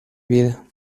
vida